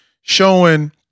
showing